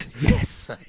Yes